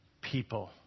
people